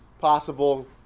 possible